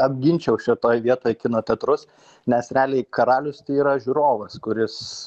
apginčiau šitoj vietoj kino teatrus nes realiai karalius tai yra žiūrovas kuris